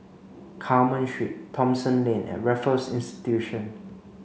Carmen Street Thomson Lane and Raffles Institution